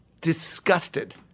disgusted